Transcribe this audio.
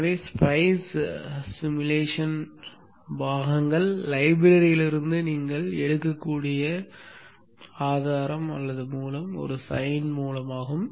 எனவே spice உருவகப்படுத்துதல் பாகங்கள் லைப்ரரிலிருந்து நீங்கள் எடுக்கக்கூடிய ஆதாரம் ஒரு சைன் மூலமாகும்